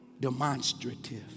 demonstrative